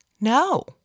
no